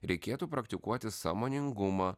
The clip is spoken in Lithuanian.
reikėtų praktikuoti sąmoningumą